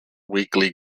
weekly